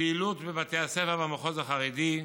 פעילות בבתי הספר במחוז החרדי,